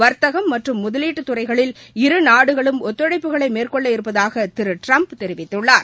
வர்த்தகம் மற்றும் முதலீட்டுத் துறைகளில் இரு நாடுகளும் ஒத்துழைப்புகளை மேற்கொள்ள இருப்பதாக திரு ட்டிரம்ப் தெரிவித்துள்ளார்